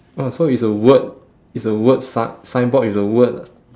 oh so it's a word it's a word si~ signboard with the word